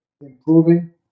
improving